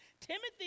Timothy